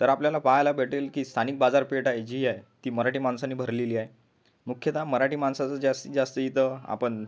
तर आपल्याला पहायला भेटेल की स्थानिक बाजारपेठ आहे जी आहे ती मराठी माणसांनी भरलेली आहे मुख्यतः मराठी माणसाचं जास्तीत जास्त इथं आपण